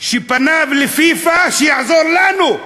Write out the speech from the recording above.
שפנה לפיפ"א שיעזור לנו,